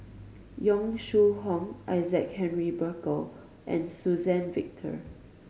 Yong Shu Hoong Isaac Henry Burkill and Suzann Victor